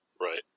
Right